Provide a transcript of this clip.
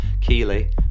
keely